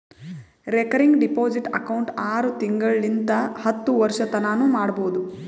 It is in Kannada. ರೇಕರಿಂಗ್ ಡೆಪೋಸಿಟ್ ಅಕೌಂಟ್ ಆರು ತಿಂಗಳಿಂತ್ ಹತ್ತು ವರ್ಷತನಾನೂ ಮಾಡ್ಬೋದು